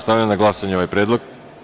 Stavljam na glasanje ovaj predlog.